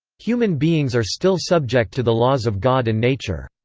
human beings are still subject to the laws of god and nature.